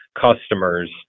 customers